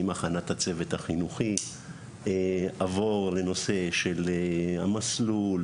הכנת הצוות החינוכי עבור לנושא של המסלול,